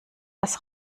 was